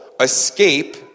Escape